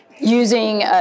Using